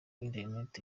internet